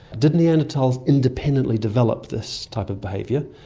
did neanderthals independently develop this type of behaviour,